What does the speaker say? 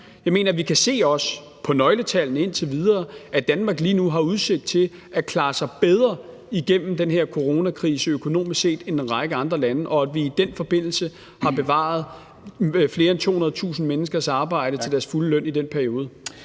Jeg mener, at vi også kan se på nøgletallene indtil videre, at Danmark lige nu har udsigt til at klare sig bedre igennem den her coronakrise økonomisk set end en række andre lande, og at vi i den forbindelse har bevaret mere end 200.000 menneskers arbejde til fuld løn i den periode.